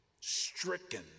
stricken